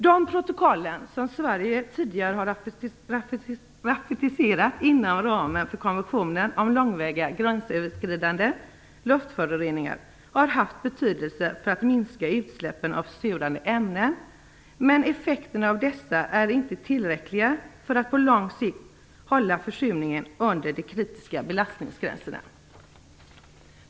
De protokoll som Sverige tidigare har ratificerat inom ramen för konventionen om långväga gränsöverskridande luftföroreningar har haft betydelse för att minska utsläppen av försurande ämnen, men effekterna av dessa är inte tillräckliga för att på lång sikt hålla försurningen under de kritiska belastningsgränserna.